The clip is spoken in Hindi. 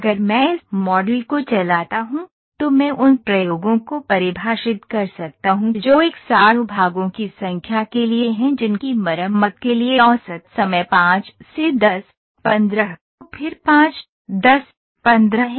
अगर मैं इस मॉडल को चलाता हूं तो मैं उन प्रयोगों को परिभाषित कर सकता हूं जो 100 भागों की संख्या के लिए हैं जिनकी मरम्मत के लिए औसत समय 5 से 10 15 फिर 5 10 15 है